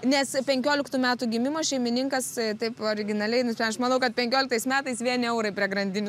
nes penkioliktų metų gimimo šeimininkas taip originaliai nusprend aš manau kad penkioliktais metais vieni eurai prie grandinių